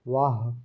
वाह